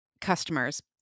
customers